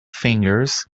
fingers